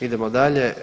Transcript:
Idemo dalje.